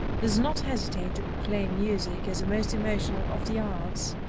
does not hesitate to proclaim music as the most emotional of the arts.